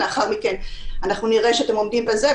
לאחר מכן אנחנו נראה שאתם עומדים בזה,